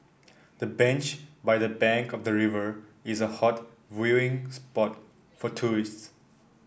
the bench by the bank of the river is a hot viewing spot for tourists